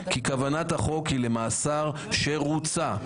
כי כוונת החוק היא למאסר שרוצה,